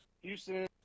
Houston